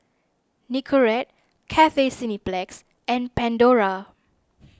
Nicorette Cathay Cineplex and Pandora